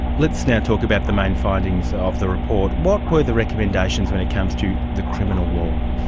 let's now talk about the main findings of the report. what were the recommendations when it comes to the criminal law?